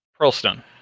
Pearlstone